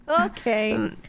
Okay